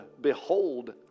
behold